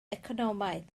economaidd